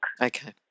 Okay